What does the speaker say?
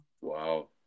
Wow